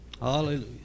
Hallelujah